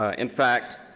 ah in fact,